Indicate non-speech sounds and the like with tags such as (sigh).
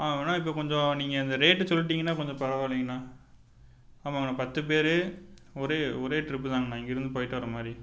(unintelligible) இப்போ கொஞ்சம் நீங்கள் அந்த ரேட் சொல்லிட்டிங்கன்னா கொஞ்சம் பரவா இல்லைங்கண்ணா ஆமாங்கண்ணா பத்துபேர் ஒரே ஒரே டிரிப்பு தாங்கண்ணா இங்கிருந்து போய்ட்டு வரமாதிரி